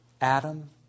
Adam